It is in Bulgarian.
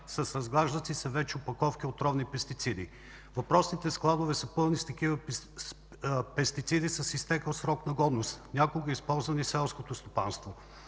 с разграждащи се вече опаковки отровни пестициди. Въпросните складове са пълни с такива пестициди с изтекъл срок на годност, някога използвани в селското стопанство.